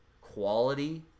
quality